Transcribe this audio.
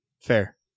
Fair